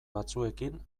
batzuekin